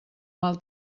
mal